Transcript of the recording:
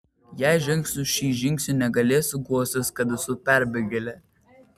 jei žengsiu šį žingsnį negalėsiu guostis kad esu perbėgėlė